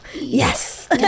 Yes